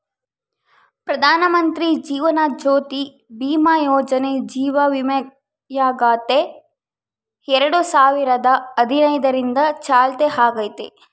ಪ್ರಧಾನಮಂತ್ರಿ ಜೀವನ ಜ್ಯೋತಿ ಭೀಮಾ ಯೋಜನೆ ಜೀವ ವಿಮೆಯಾಗೆತೆ ಎರಡು ಸಾವಿರದ ಹದಿನೈದರಿಂದ ಚಾಲ್ತ್ಯಾಗೈತೆ